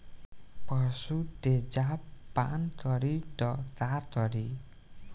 पशु तेजाब पान करी त का करी?